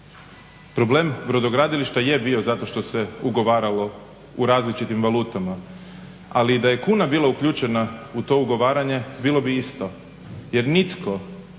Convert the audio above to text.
problem brodogradilišta je bio zato što se ugovaralo u različitim valutama, ali i da je kuna bila uključena u to ugovaranje bilo bi isto jer nitko